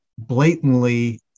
blatantly